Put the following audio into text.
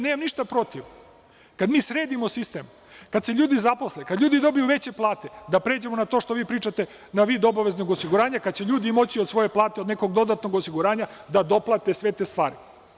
Nemam ništa protiv kada mi sredimo sistem, kada se ljudi zaposle, kada ljudi dobiju veće plate, da pređemo na to što vi pričate kao vid obaveznog osiguranja, kada će ljudi od svoje plate, od nekog dodatnog osiguranja, kada će moći da doplate sve te stvari.